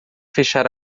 fechar